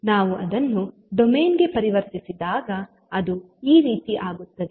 ನಾವು ಅದನ್ನು ಡೊಮೇನ್ ಗೆ ಪರಿವರ್ತಿಸಿದಾಗ ಅದು ಈ ರೀತಿ ಆಗುತ್ತದೆ